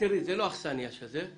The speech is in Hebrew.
תראי, זאת לא האכסניה של זה.